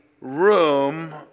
room